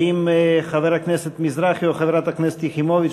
בעד, 20, אין מתנגדים או נמנעים.